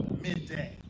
midday